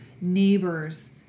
neighbors